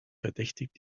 verdächtigt